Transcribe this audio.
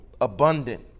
abundant